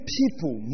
people